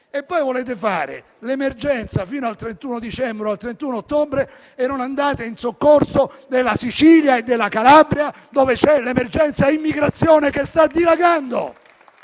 Volete estendere l'emergenza fino al 31 dicembre o al 31 ottobre e non andate in soccorso della Sicilia e della Calabria dove l'emergenza immigrazione sta dilagando.